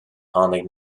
tháinig